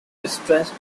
distressed